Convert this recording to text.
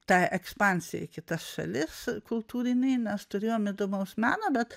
tai ekspansijai į kitas šalis kultūrinei mes turėjom įdomaus meno bet